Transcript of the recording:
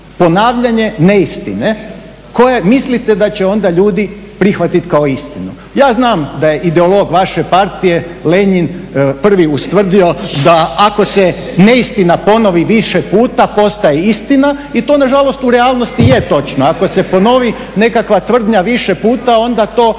ponavljanje neistine koje mislite da će onda ljudi prihvatiti kao istinu. Ja znam da je ideolog vaše partije Lenjin prvi ustvrdio da ako se neistina ponovi više puta postaje istina i to nažalost u realnosti i je točno. Ako se ponovi nekakva tvrdnja više puta onda to postane